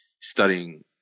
studying